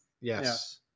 Yes